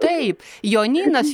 taip jonynas